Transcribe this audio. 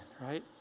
right